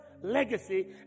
legacy